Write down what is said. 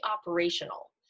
operational